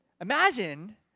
imagine